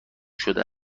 شده